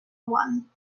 one